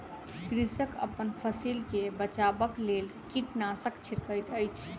कृषक अपन फसिल के बचाबक लेल कीटनाशक छिड़कैत अछि